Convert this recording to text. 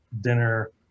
dinner